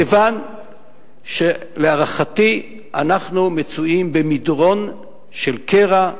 כיוון שלהערכתי אנחנו מצויים במדרון של קרע,